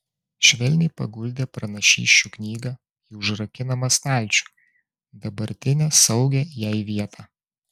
švelniai paguldė pranašysčių knygą į užrakinamą stalčių dabartinę saugią jai vietą